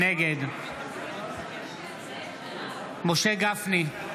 נגד משה גפני,